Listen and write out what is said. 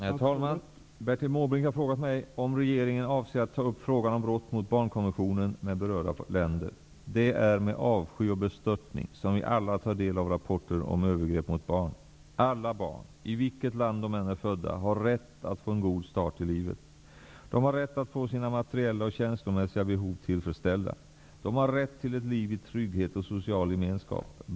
Herr talman! Bertil Måbrink har frågat mig om regeringen avser att ta upp frågan om brott mot barnkonventionen med berörda länder. Det är med avsky och bestörtning som vi alla tar del av rapporter om övergrepp mot barn. Alla barn, i vilket land de än är födda, har rätt att få en god start i livet. De har rätt att få sina materiella och känslomässiga behov tillfredsställda. De har rätt till ett liv i trygghet och social gemenskap.